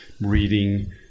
reading